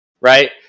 right